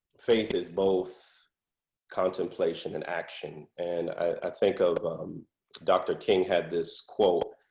faith is both contemplation and action, and i think of um dr. king had this quote